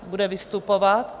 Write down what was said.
Bude vystupovat?